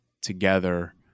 together